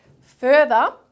Further